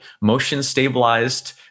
motion-stabilized